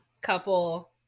couple